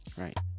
right